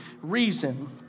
reason